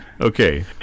Okay